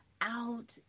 out